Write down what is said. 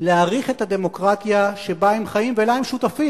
להעריך את הדמוקרטיה שבה הם חיים ולה הם שותפים.